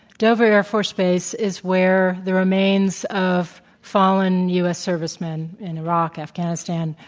dover air force base is where the remains of fallen u. s. servicemen in iraq, afghanistan,